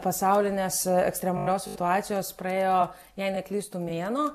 pasaulinės ekstremalios situacijos praėjo jei neklystu mėnuo